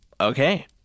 Okay